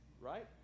right